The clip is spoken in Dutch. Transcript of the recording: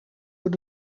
voor